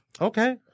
Okay